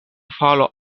falo